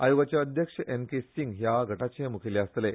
आयोगाचे अध्यक्ष N K Singh ह्या गटाचे मूखेली आसतले